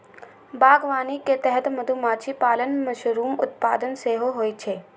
बागवानी के तहत मधुमाछी पालन, मशरूम उत्पादन सेहो होइ छै